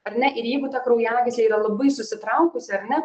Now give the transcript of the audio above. ar ne ir jeigu ta kraujagyslė yra labai susitraukusi ar ne